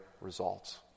results